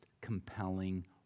compelling